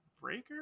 breaker